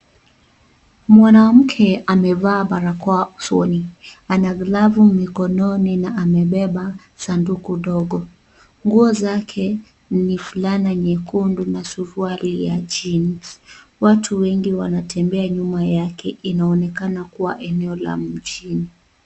Mwanamke amevaa barakoa usoni, ana glavu mikononi na amebeba sanduku dogo. Nguo zake ni fulana nyekundu na suruali ya jeans . Watu wengi wanatembea nyuma yake inaonekana kuwa eneo la mjini.